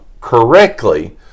correctly